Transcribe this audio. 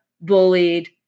bullied